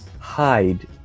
hide